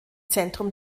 zentrum